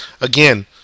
again